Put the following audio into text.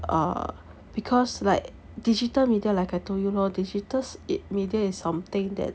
err because like digital media like I told you lor digital I_T media is something that